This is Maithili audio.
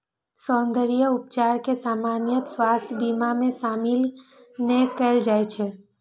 सौंद्रर्य उपचार कें सामान्यतः स्वास्थ्य बीमा मे शामिल नै कैल जाइ छै